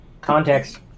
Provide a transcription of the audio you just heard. context